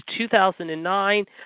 2009